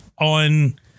on